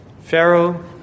Pharaoh